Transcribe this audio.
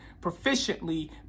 proficiently